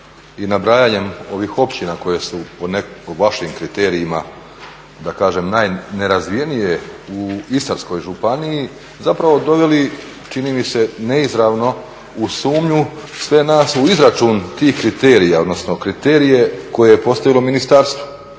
i nabrajanjem ovih općina koje su po nekim vašim kriterijima, da kažem, najnerazvijenije u Istarskoj županiji zapravo doveli, čini mi se, neizravno u sumnju sve nas u izračun tih kriterija, odnosno kriterije koje je postavilo ministarstvo.